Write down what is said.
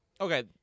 okay